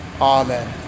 Amen